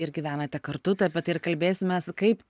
ir gyvenate kartu tai apie tai ir kalbėsimės kaip